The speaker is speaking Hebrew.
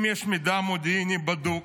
אם יש מידע מודיעיני בדוק